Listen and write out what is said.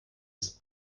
ist